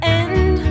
end